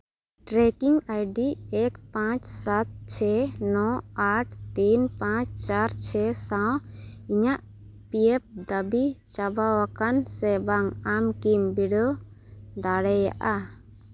trekking I D ᱮᱠ ᱯᱟᱸᱪ ᱥᱟᱛ ᱪᱷᱚᱭ ᱱᱚ ᱟᱴ ᱛᱤᱱ ᱯᱟᱸᱪ ᱪᱟᱨ ᱪᱷᱚᱭ ᱥᱟᱶ ᱤᱧᱟᱹᱜ ᱯᱤ ᱮᱯᱷ ᱫᱟᱹᱵᱤ ᱪᱟᱵᱟ ᱟᱠᱟᱱᱟ ᱥᱮ ᱵᱟᱝ ᱟᱢ ᱠᱤᱢ ᱵᱤᱰᱟᱹᱣ ᱫᱟᱲᱮᱭᱟᱜᱼᱟ